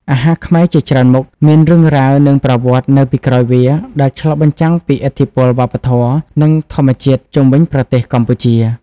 អាហារខ្មែរជាច្រើនមុខមានរឿងរ៉ាវ និងប្រវត្តិនៅពីក្រោយវា ដែលឆ្លុះបញ្ចាំងពីឥទ្ធិពលវប្បធម៌ និងធម្មជាតិជុំវិញប្រទេសកម្ពុជា ។